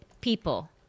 people